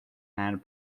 hand